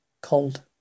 Cold